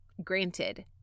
Granted